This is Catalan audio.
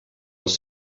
els